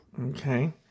Okay